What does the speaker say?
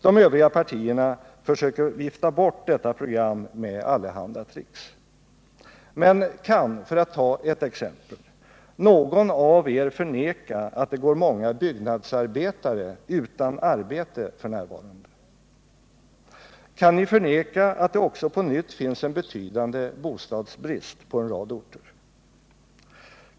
De övriga partierna försöker vifta bort detta program med allehanda tricks. Men kan — för att ta ett exempel — någon av er förneka att det går många byggnadsarbetare utan arbete f. n.? Kan ni förneka att det också på nytt finns en betydande bostadsbrist på en rad orter?